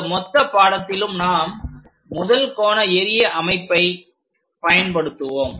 இந்த மொத்த பாடத்திலும் நாம் முதல் கோண எறிய அமைப்பை பயன்படுத்துவோம்